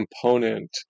component